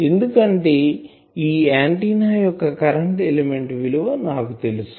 ఎందుకంటే ఈ ఆంటిన్నా యొక్క కరెంటు ఎలిమెంట్ విలువ నాకు తెలుసు